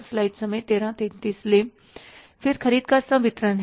फिर ख़रीद का संवितरण है